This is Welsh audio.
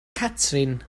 catrin